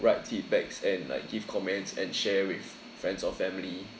write feedbacks and like give comments and share with friends or family